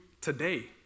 today